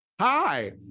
hi